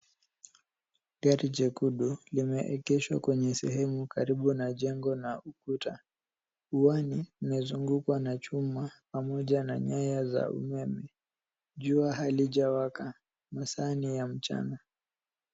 Gari jekundu lemeegeshwa kwenye sehemu karibu na jengo na ukuta. Uani umezungukwa na chuma, pamoja na nyaya za umeme. Jua halijawaka. Masaa ni ya mchana.